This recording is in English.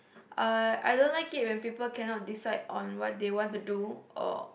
uh I don't like it when people cannot decide on what they want to do or